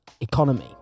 economy